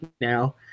now